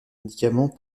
médicaments